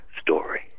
story